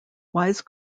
wise